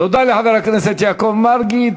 תודה לחבר הכנסת יעקב מרגי.